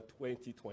2020